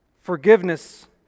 Forgiveness